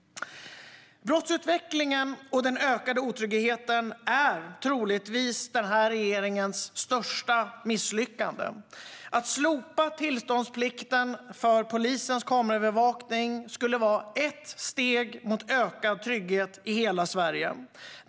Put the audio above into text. Brottsutvecklingen och den ökade otryggheten är troligtvis den här regeringens största misslyckande. Att slopa tillståndsplikten för polisens kameraövervakning skulle vara ett steg mot ökad trygghet i hela Sverige.